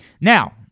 Now